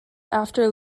after